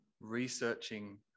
researching